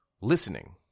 listening